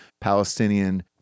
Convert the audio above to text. Palestinian